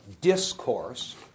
discourse